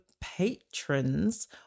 patrons